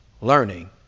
learning